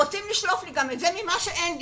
אז רוצים לשלוף לי גם את זה ממה שכבר אין לי.